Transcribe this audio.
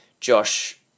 Josh